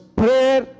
prayer